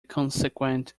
consequent